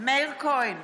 מאיר כהן,